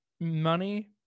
money